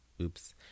Oops